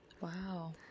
Wow